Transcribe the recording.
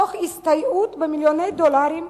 תוך הסתייעות במיליוני דולרים,